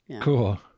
Cool